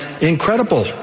incredible